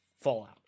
fallout